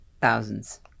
thousands